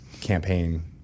campaign